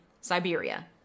Siberia